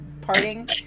parting